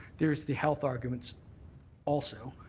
there's the health arguments also,